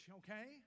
okay